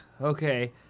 Okay